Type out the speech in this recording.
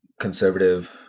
conservative